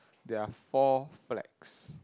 there are four flags